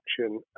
action